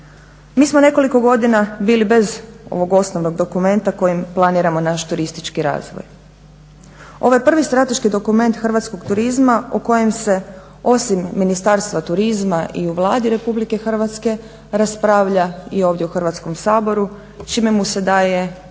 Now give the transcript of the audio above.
mi smo nekoliko godina bili bez ovog osnovnog dokumenta kojim planiramo naš turistički razvoj. Ovo je prvi strateški dokument hrvatskog turizma o kojem se osim Ministarstva turizma i u Vladi RH raspravlja i ovdje u Hrvatskom saboru čime mu se daje